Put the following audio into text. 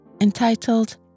entitled